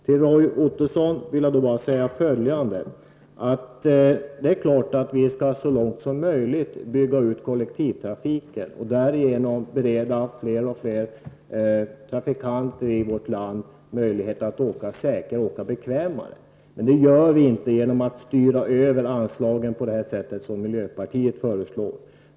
Det är klart, Roy Ottosson, att vi så långt som möjligt skall bygga ut kollektivtrafiken och därigenom bereda fler och fler trafikanter i vårt land möjlighet att åka säkrare och bekvämare. Men detta gör vi inte genom att styra över anslagen på det sätt som miljöpartiet föreslår.